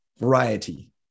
variety